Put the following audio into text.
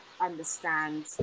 understand